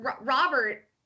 Robert